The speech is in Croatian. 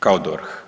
kao DORH.